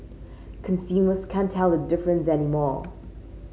consumers can't tell the difference anymore